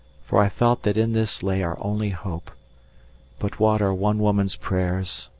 for i felt that in this lay our only hope but what are one woman's prayers,